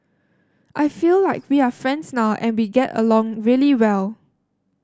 I feel like we are friends now and we get along really well